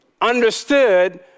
understood